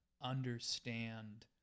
understand